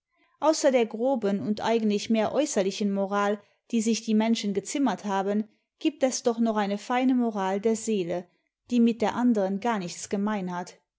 außer der groben und eigentlich mdir äußerlichen moral die sich die menschen gezimmert haben gibt es doch noch eine feine moral der seele die nüt der anderen gar nichts gemein hat